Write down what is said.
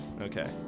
Okay